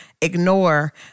ignore